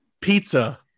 Pizza